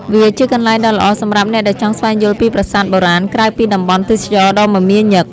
វាជាកន្លែងដ៏ល្អសម្រាប់អ្នកដែលចង់ស្វែងយល់ពីប្រាសាទបុរាណក្រៅពីតំបន់ទេសចរណ៍ដ៏មមាញឹក។